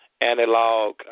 analog